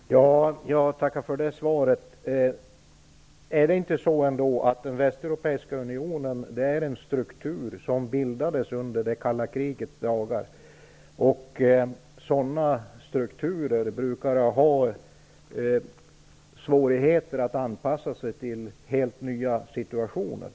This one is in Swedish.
Fru talman! Jag tackar för det svaret. Det är väl ändå så att den västeuropeiska unionen är en struktur som bildades under det kalla krigets dagar, och sådana strukturer brukar ha svårigheter att anpassa sig till helt nya situationer.